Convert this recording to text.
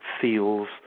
feels